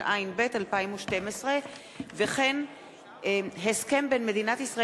התשע"ב 2012. הסכם בין מדינת ישראל